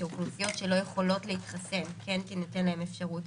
שאוכלוסיות שלא יכולות להתחסן כן תינתן להן אפשרות